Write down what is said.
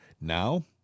Now